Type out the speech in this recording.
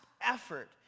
effort